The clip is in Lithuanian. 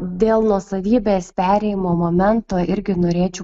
dėl nuosavybės perėjimo momento irgi norėčiau